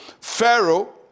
Pharaoh